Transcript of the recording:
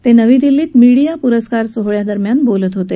ते नवी दिल्लीत मिडीया पुरस्कार सोहळ्यादरम्यान बोलत होते